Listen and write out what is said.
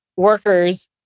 workers